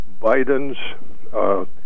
Bidens